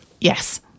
Yes